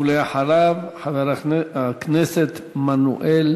ואחריו, חבר הכנסת מנואל